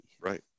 right